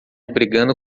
brigando